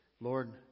lord